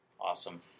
Awesome